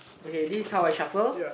okay this is how I shuffle